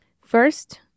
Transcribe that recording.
First